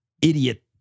idiot